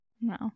No